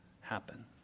happen